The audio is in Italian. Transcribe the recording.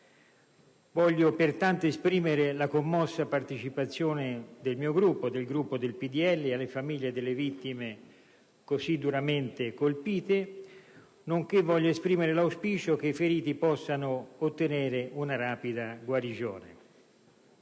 Voglio pertanto esprimere la commossa partecipazione del mio Gruppo, il Popolo della Libertà, alle famiglie delle vittime, così duramente colpite, nonché l'auspicio che i feriti possano ottenere una rapida guarigione.